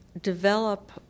develop